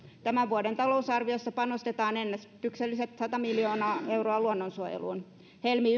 tämän vuoden talousarviossa panostetaan ennätykselliset sata miljoonaa euroa luonnonsuojeluun helmi